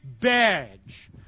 badge